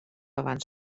abans